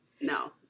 No